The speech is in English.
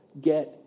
get